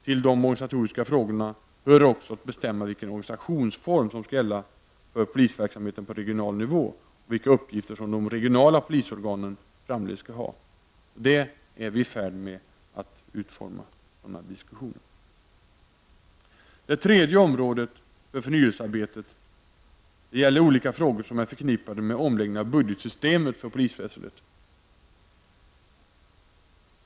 Till de organisatoriska frågorna hör också uppgiften att bestämma vilken organisationsform som skall gälla för polisverksamheten på regional nivå och vilka uppgifter som de regionala polisorganen framdeles skall ha. När det gäller detta område är vi redan i färd med utformningen av direktiv för en utredning. Det tredje huvudområdet för förnyelsearbetet gäller olika frågor som är förknippade med omläggningen av budgetsystemet för polisväsendet.